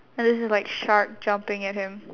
and there's this like shark jumping at him